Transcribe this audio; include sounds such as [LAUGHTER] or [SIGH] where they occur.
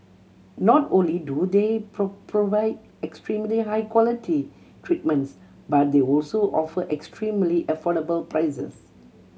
not only do they [UNINTELLIGIBLE] provide extremely high quality treatments but they also offer extremely affordable prices